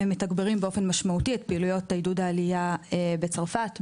מתגברים באופן משמעותי את פעילויות עידוד העלייה בצרפת,